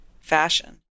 fashion